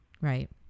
Right